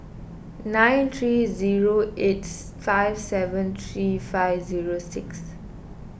nine three zero eight five seven three five zero six